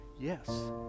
Yes